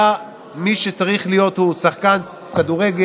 הוא היה מי שהוא צריך להיות: שחקן כדורגל,